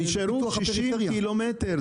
נשארו 60 קילומטרים.